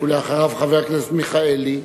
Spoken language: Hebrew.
אחריו, חבר הכנסת מיכאלי.